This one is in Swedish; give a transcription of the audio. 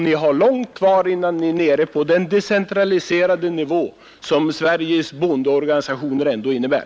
Ni har långt kvar innan ni har kommit ner till samma decentraliserade nivå som Sveriges bondeorganisationer.